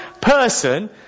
person